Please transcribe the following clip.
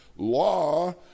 Law